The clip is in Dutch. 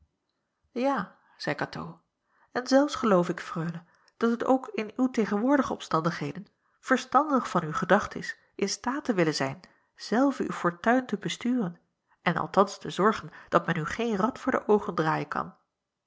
ja zeî katoo en zelfs geloof ik freule dat het ook in uw tegenwoordige omstandigheden verstandig van u gedacht is in staat te willen zijn zelve uw fortuin te besturen en althans te zorgen dat men u geen rad voor de oogen draaien kan